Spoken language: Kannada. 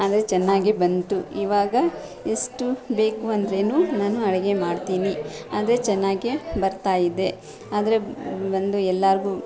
ಅಂದರೆ ಚೆನ್ನಾಗೇ ಬಂತು ಈವಾಗ ಎಷ್ಟು ಬೇಕು ಅಂದ್ರೆನು ನಾನು ಅಡಿಗೆ ಮಾಡ್ತೀನಿ ಆದರೆ ಚೆನ್ನಾಗೇ ಬರ್ತಾಯಿದೆ ಆದರೆ ಬಂದು ಎಲ್ಲಾರಿಗೂ